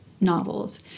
novels